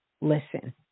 listen